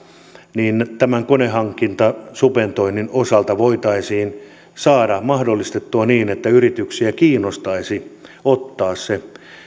niin tämän konehankintasubventoinnin osalta voitaisiin saada mahdollistettua se että yrityksiä kiinnostaisi ottaa se